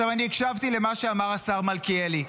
אני הקשבתי למה שאמר השר מלכיאלי.